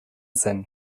zen